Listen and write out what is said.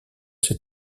ses